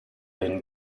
den